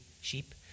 sheep